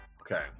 Okay